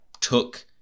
took